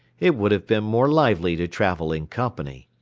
it would have been more lively to travel in company.